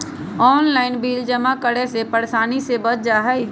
Online bill जमा करे से परेशानी से बच जाहई?